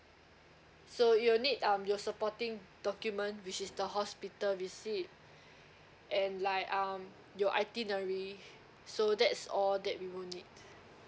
so you'll need um your supporting document which is the hospital visit and like um your itinerary so that's all that we would need